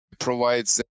provides